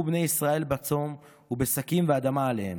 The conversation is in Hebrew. בני ישראל בצום ובשקים ואדמה עליהם,